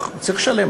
הוא צריך לשלם?